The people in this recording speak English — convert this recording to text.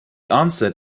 onset